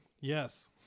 Yes